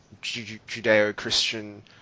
Judeo-Christian